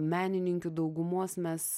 menininkių daugumos mes